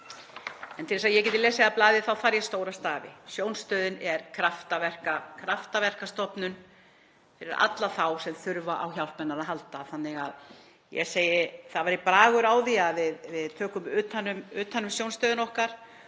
en til að ég geti lesið af blaði þarf ég stóra stafi. Sjónstöðin er kraftaverkastofnun fyrir alla þá sem þurfa á hjálpinni að halda, þannig að ég segi: Það væri bragur að því að við tækjum utan um Sjónstöðina okkar.